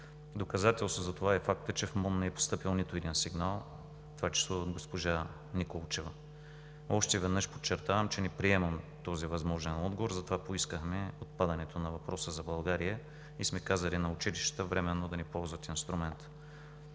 Доказателство за това е и фактът, че в МОН не е постъпил нито един сигнал, в това число от госпожа Николчева. Още веднъж подчертавам, че не приемам този възможен отговор, затова поискахме отпадането на въпроса за България и сме казали на училищата временно да не ползват инструмента.